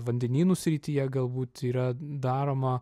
vandenynų srityje galbūt yra daroma